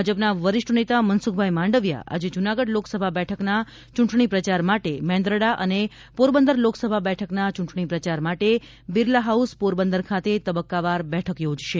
ભાજપના વરિષ્ઠનેતા મનસુખભાઇ માંડવીયા આજે જૂનાગઢ લોકસભા બેઠકના ચૂંટણી પ્રચાર માટે મેંદરડા અને પોરબંદર લોકસભા બેઠકના ચૂંટણી પ્રચાર માટે બિરલા હાઉસ પોરબંદર ખાતે તબક્કાવાર બેઠક યોજશે